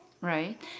right